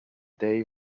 they